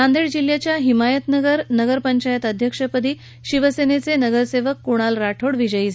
नांदेड जिल्ह्याच्या हिमायतनगर नगर पंचायत अध्यक्षपदी शिवसेनेचे नगर सेवक कुणाल राठोड हे विजयी झाले